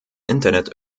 internet